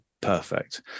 perfect